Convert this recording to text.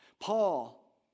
Paul